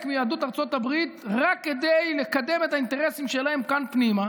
מיהדות ארצות הברית רק כדי לקדם את האינטרסים שלהם כאן פנימה